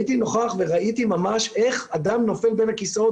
וראיתי ממש איך אדם נופל בין הכיסאות